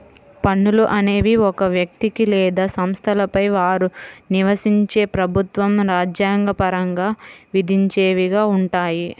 పన్నులు అనేవి ఒక వ్యక్తికి లేదా సంస్థలపై వారు నివసించే ప్రభుత్వం రాజ్యాంగ పరంగా విధించేవిగా ఉంటాయి